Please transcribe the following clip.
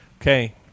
Okay